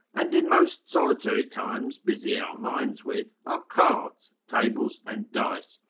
and in most solitary times busy our minds with, are cards, tables and dice,